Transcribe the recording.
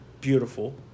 beautiful